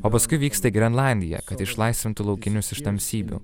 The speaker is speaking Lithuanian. o paskui vyksta į grenlandiją kad išlaisvintų laukinius iš tamsybių